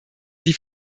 die